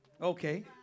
Okay